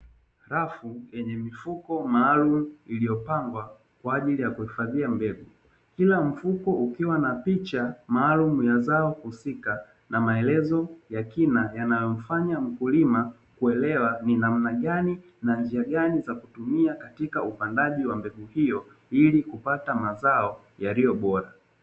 Rafu yenye mifuko maalumu iliyopangwa kwa ajili ya kuhifadhia mbegu kila mfuko ukiwa na picha maalumu ya zao husika na maelezo ya kina yanayomfanya mkulima kuelewa ni namna gani na njia gani za kutumia katika upandaji wa mbegu hiyo ili kupata mazao yaliyo bora.